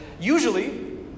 usually